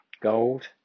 Gold